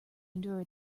endure